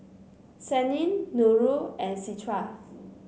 Senin Nurul and Citra